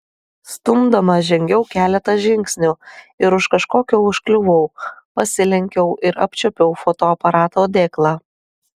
stumdoma žengiau keletą žingsnių ir už kažko užkliuvau pasilenkiau ir apčiuopiau fotoaparato dėklą